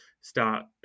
start